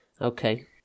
Okay